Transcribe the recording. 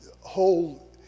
whole